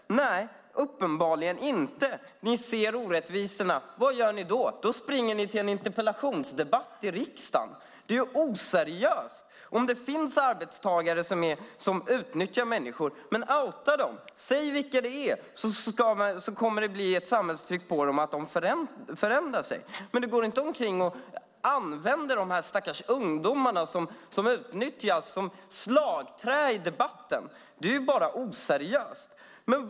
Nej, uppenbarligen inte. Ni ser orättvisorna. Vad gör ni då? Då springer ni till en interpellationsdebatt i riksdagen. Det är ju oseriöst! Om det finns arbetstagare som utnyttjar människor, "outa" dem då och säg vilka de är så kommer det att bli ett samhällstryck på dem att förändra sig. Men gå inte omkring och använd de stackars ungdomarna som utnyttjas som slagträn i debatten! Det är bara oseriöst.